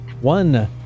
One